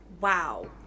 Wow